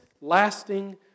lasting